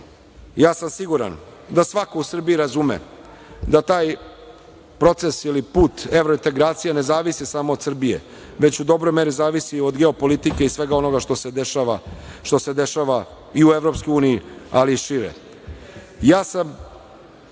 sam siguran da svako u Srbiji razume da taj proces ili put evrointegracija ne zavisi samo od Srbije, već u dobroj meri zavisi od geopolitičke i svega onoga što se dešava i u Evropskoj uniji, ali i šire.